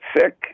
sick